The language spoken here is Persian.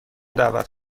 دعوت